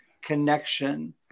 connection